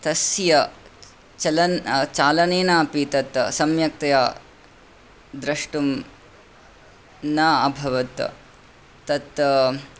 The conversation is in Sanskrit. तस्य चलन् चालनेन् अपि तत् सम्यक्तया द्रष्टुं न अभवत् तत्